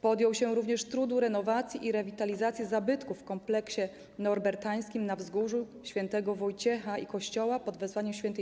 Podjął się również trudu renowacji i rewitalizacji zabytków w kompleksie ponorbertańskim na Wzgórzu Św. Wojciecha i kościoła pod wezwaniem Św.